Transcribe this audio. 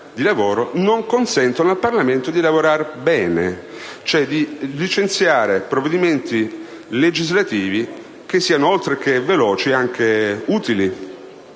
di lavoro non consentono al Parlamento di lavorare bene, cioè di licenziare provvedimenti legislativi che siano oltre che veloci anche utili